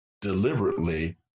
deliberately